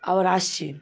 আবার আসছি